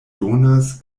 donas